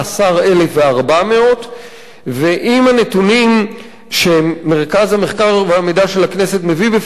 13,400. עם הנתונים שמרכז המחקר והמידע של הכנסת מביא בפנינו,